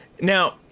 Now